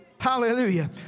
Hallelujah